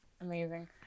Amazing